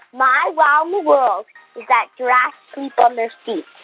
my wow in the world is that giraffes poop on their feet